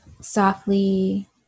softly